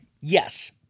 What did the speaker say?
yes